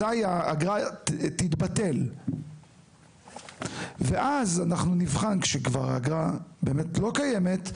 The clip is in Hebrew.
אזי האגרה תתבטל ואז אנחנו נבחן כשכבר האגרה באמת לא קיימת,